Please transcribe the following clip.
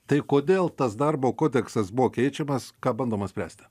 tai kodėl tas darbo kodeksas buvo keičiamas ką bandoma spręsti